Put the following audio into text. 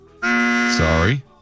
Sorry